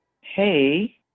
Hey